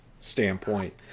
standpoint